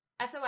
SOS